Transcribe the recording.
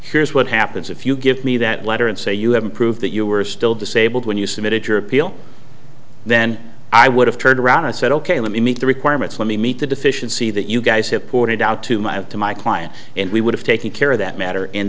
here's what happens if you give me that letter and say you haven't proved that you are still disabled when you submitted your appeal then i would have turned around and said ok let me meet the requirements let me meet the deficiency that you guys have pointed out to my to my client and we would have taken care of that matter in